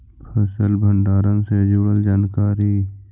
फसल भंडारन से जुड़ल जानकारी?